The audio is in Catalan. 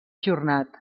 ajornat